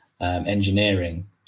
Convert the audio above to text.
Engineering